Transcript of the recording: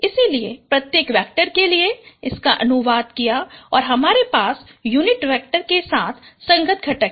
इसलिए प्रत्येक वेक्टर के लिए इसका अनुवाद किया और हमारे पास यूनिट वेक्टर के साथ संगत घटक है